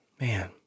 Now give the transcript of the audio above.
Man